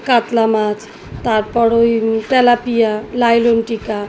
কাতলা মাছ তারপর ওই তেলাপিয়া লাইলনটিকা